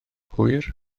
hwyr